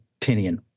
Tinian